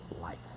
Life